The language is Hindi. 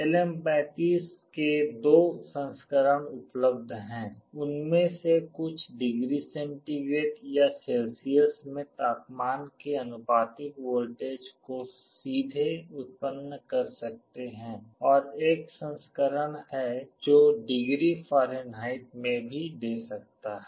LM35 के दो संस्करण उपलब्ध हैं उनमें से कुछ डिग्री सेंटीग्रेड या सेल्सियस में तापमान के आनुपातिक वोल्टेज को सीधे उत्पन्न कर सकते हैं एक और संस्करण है जो डिग्री फ़ारेनहाइट में भी दे सकता है